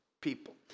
people